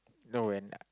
no when I